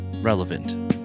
Relevant